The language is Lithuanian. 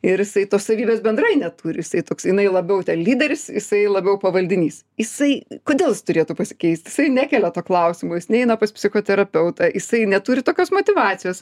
ir jisai tos savybės bendrai neturi jisai toks jinai labiau lyderis jisai labiau pavaldinys jisai kodėl jis turėtų pasikeist jisai nekelia klausimų jis neina pas psichoterapeutą jisai neturi tokios motyvacijos